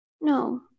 No